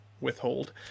withhold